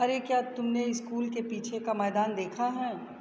अरे क्या तुमने स्कूल के पीछे का मैदान देखा है